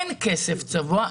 אין כסף צבוע,